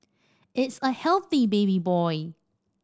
it's a healthy baby boy